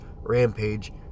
rampage